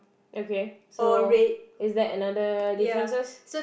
okay so is that another differences